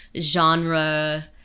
genre